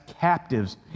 captives